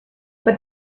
but